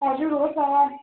हजुर हो त